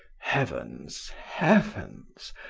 heavens! heavens!